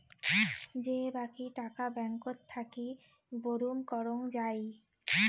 যে বাকী টাকা ব্যাঙ্কত থাকি বুরুম করং যাই